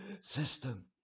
system